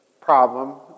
problem